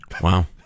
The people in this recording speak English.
Wow